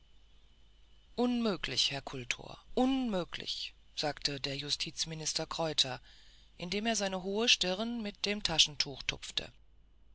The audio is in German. unmöglich herr kultor unmöglich sagte der justizminister kreuther indem er seine hohe stirn mit dem taschentuch tupfte